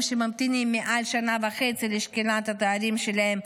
שממתינים מעל שנה וחצי לשקילת התארים שלהם,